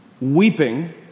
weeping